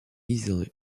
easily